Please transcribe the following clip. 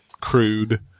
crude